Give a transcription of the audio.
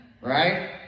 right